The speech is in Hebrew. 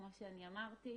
כמו שאני אמרתי.